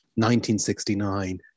1969